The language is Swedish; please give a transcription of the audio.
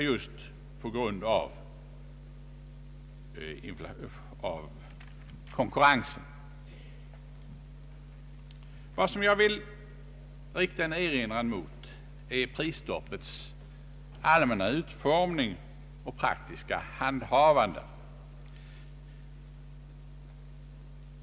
Jag vill rikta en erinran mot prisstoppets allmänna utformning och praktiska handhavande.